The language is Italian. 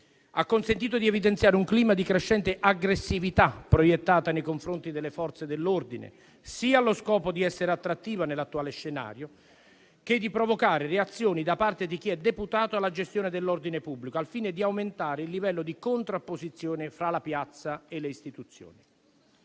ha consentito di evidenziare un clima di crescente aggressività proiettata nei confronti delle Forze dell'ordine sia allo scopo di essere attrattiva nell'attuale scenario che di provocare reazioni da parte di chi è deputato alla gestione dell'ordine pubblico, al fine di aumentare il livello di contrapposizione fra la piazza e le istituzioni.